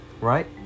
right